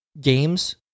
games